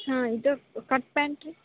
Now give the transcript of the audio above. ಹಾಂ ಇದು cut pant ರೀ